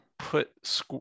put